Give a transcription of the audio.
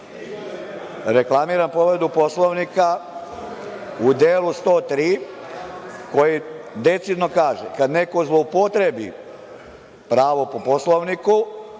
reklamiram povredu Poslovnika u delu 103. koji decidno kaže – kada neko zloupotrebi pravo po Poslovniku